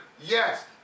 Yes